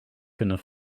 kunnen